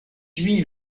huit